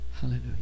Hallelujah